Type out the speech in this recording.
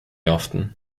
often